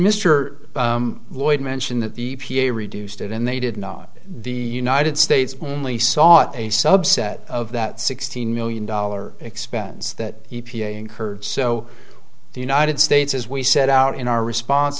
mr lloyd mention that the v a reduced it and they did not the united states only saw a subset of that sixteen million dollar expense that e p a incurred so the united states as we set out in our response